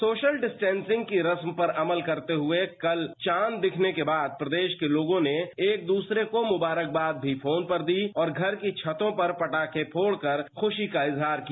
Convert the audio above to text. social distancing की रस्म पर अमल करते हुए कल चांद दिखने के बाद प्रदेश में लोगों ने एक दूसरे को मुबारकबाद भी फोन पर दी और घर की छतों पर पटाखे फोड़ कर खुशी का इजहार किया